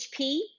HP